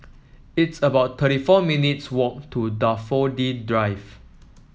it's about thirty four minutes' walk to Daffodil Drive